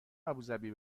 ابوذبی